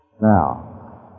Now